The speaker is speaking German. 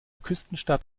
küstenstadt